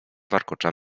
warkocza